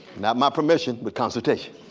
not my permission, but consultation.